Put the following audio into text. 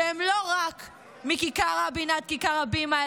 שהן לא רק מכיכר רבין עד כיכר הבימה,